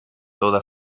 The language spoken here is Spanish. toda